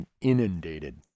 inundated